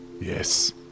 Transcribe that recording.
Yes